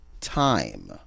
time